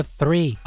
three